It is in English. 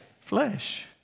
Flesh